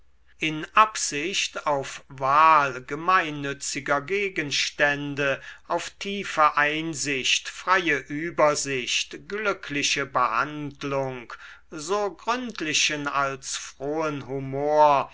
in absicht auf wahl gemeinnütziger gegenstände auf tiefe einsicht freie übersicht glückliche behandlung so gründlichen als frohen humor